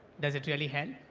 does it really help?